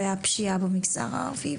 והפשיעה במגזר הערבי,